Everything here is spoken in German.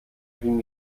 ging